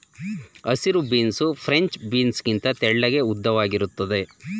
ಹಸಿರು beans French beans ಗಿಂತ ತೆಳ್ಳಗೆ ಉದ್ದವಾಗಿರುತ್ತದೆ